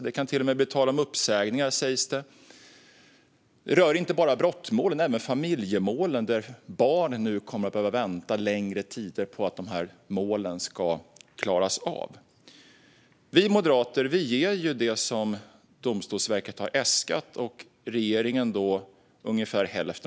Det kan till och med bli tal om uppsägningar, sägs det. Det här rör inte bara brottmål utan även familjemål. Barn kommer att behöva vänta längre tid på att målen ska klaras av. Vi moderater ger det som Domstolsverket har äskat, och regeringen ger ungefär hälften.